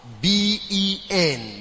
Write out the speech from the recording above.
B-E-N